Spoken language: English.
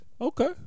Okay